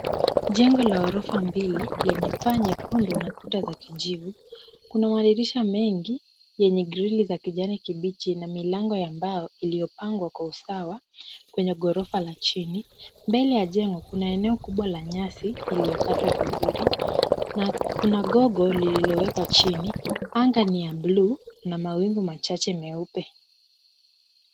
Jengo la ghorofa mbili lenye paa nyekundu na ukuta za kijivu, kuna madirisha mengi yenye grili za kijani kibichi na milango ya mbao iliyopagwa kwa usawa kwenye ghorofa la chini. Mbele ya jengo kuna eneo kubwa la nyasi iliyokatwa vizuri na kuna gogo ililowekwa chini. Anga ni ya bluu na mawingu machache meupe.